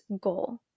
goal